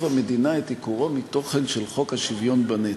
המדינה את עיקורו מתוכן של חוק השוויון בנטל".